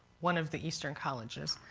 one of the eastern colleges.